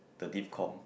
the